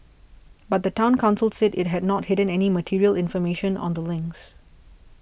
but the Town Council said it had not hidden any material information on the links